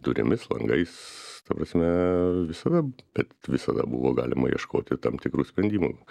durimis langais ta prasme visada bet visada buvo galima ieškoti tam tikrų sprendimų